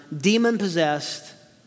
demon-possessed